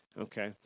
Okay